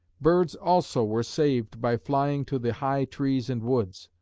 birds also were saved by flying to the high trees and woods.